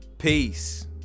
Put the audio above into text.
Peace